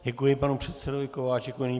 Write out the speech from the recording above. Děkuji panu předsedovi Kováčikovi.